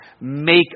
make